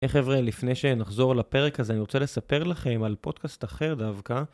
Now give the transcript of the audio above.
היי חבר'ה לפני שנחזור לפרק הזה אני רוצה לספר לכם על פודקאסט אחר דווקא